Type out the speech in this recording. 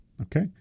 Okay